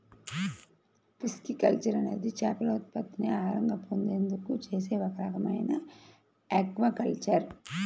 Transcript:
pisciculture అనేది చేపల ఉత్పత్తులను ఆహారంగా పొందేందుకు చేసే ఒక రకమైన ఆక్వాకల్చర్